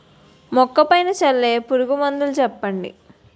మొక్క పైన చల్లే పురుగు మందులు చెప్పండి?